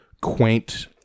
quaint